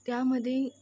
त्यामध्ये